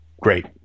great